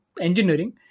engineering